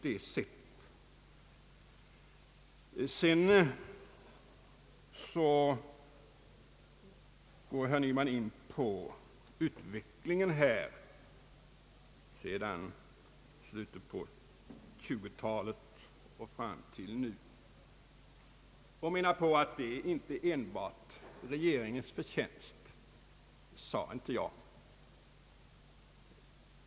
Herr Nyman gick vidare in på utvecklingen sedan slutet av 1920-talet och fram till nu. Han gjorde gällande att jag skulle ha sagt att den utveckling som skett är enbart regeringens förtjänst. Det sade jag inte.